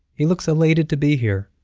he looks elated to be here,